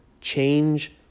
change